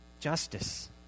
Justice